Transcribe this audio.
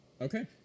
Okay